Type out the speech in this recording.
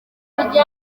w’ibihugu